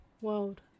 World